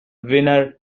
winner